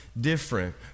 different